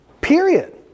Period